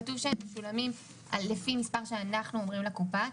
כתוב שהם משולמים לפי מספר שאנחנו אומרים לקופה,